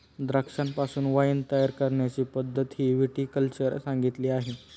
द्राक्षांपासून वाइन तयार करण्याची पद्धतही विटी कल्चर सांगितली आहे